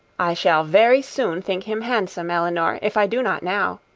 i shall very soon think him handsome, elinor, if i do not now.